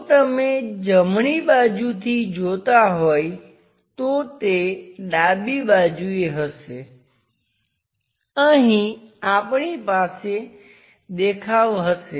જો તમે જમણી બાજુથી જોતા હોય તો તે ડાબી બાજુએ હશે અહીં આપણી પાસે દેખાવ હશે